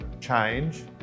change